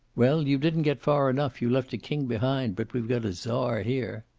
well, you didn't get far enough. you left a king behind, but we've got a czar here.